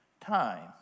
time